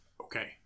okay